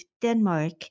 Denmark